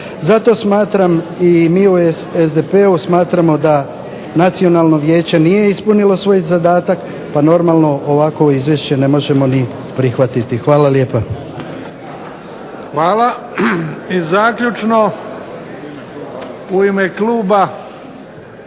Zato smatram i mi u SDP-u smatramo da nacionalno vijeće nije ispunilo svoj zadatak, pa normalno ovakovo izvješće ne možemo ni prihvatiti. Hvala lijepa. **Bebić, Luka